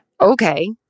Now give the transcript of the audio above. Okay